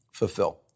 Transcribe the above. fulfill